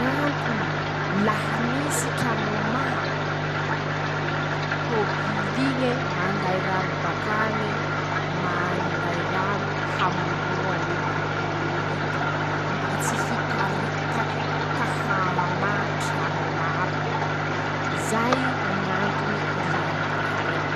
ñ'antony: -Laha misy traño maa, tôbil'iñe manday rano bak'añe, manday rano hamonoany bolo ity, mba tsy hiparitaky ka ahama traño maro, zay Ñ'antony ilà any raha reñe.